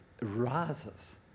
rises